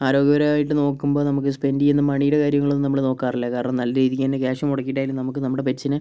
ആരോഗ്യപരമായിട്ട് നോക്കുമ്പോൾ നമുക്ക് സ്പെൻഡ് ചെയ്യുന്ന മണീടെ കാര്യങ്ങളൊന്നും നമ്മള് നോക്കാറില്ല കാരണം നല്ല രീതിക്കുതന്നെ ക്യാഷ് മുടക്കിയിട്ടായാലും നമുക്ക് നമ്മുടെ പെറ്റ്സിനെ